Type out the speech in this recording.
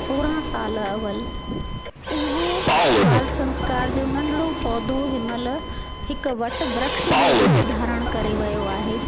सोरहं साल अवल उहो बाल संस्कार जो नंढिड़ो पौधो हिनमाल्हि हिकु वट वृक्ष जो रूप धारण करे वियो आहे